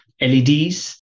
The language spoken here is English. LEDs